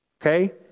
Okay